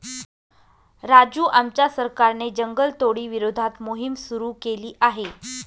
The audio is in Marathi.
राजू आमच्या सरकारने जंगलतोडी विरोधात मोहिम सुरू केली आहे